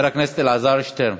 הכנסת אלעזר שטרן,